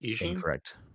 Incorrect